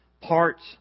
parts